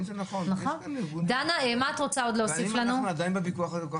יש כאן ארגונים ואם אנחנו עדיין בוויכוח כל כך